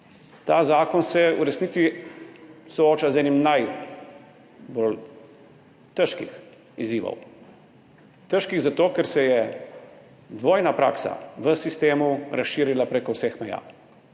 Ta zakon se v resnici sooča z enim najbolj težkih izzivov. Težkih zato, ker se je dvojna praksa v sistemu razširila preko vseh meja.